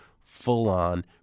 full-on